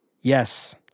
Yes